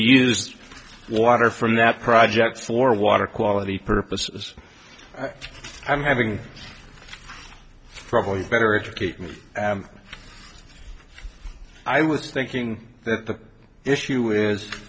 use water from that project for water quality purposes i'm having probably better educated i was thinking that the issue is